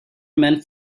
men